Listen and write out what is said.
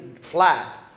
flat